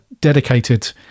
dedicated